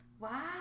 Wow